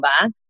back